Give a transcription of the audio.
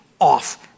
off